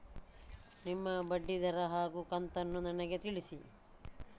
ನಿಮ್ಮ ಬಡ್ಡಿದರ ಹಾಗೂ ಕಂತನ್ನು ನನಗೆ ತಿಳಿಸಿ?